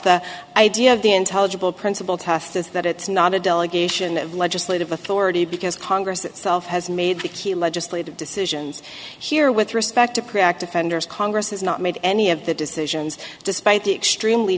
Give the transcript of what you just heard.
intelligible principle test is that it's not a delegation of legislative authority because congress itself has made the key legislative decisions here with respect to practive fender's congress has not made any of the decisions despite the extremely